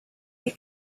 you